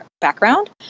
background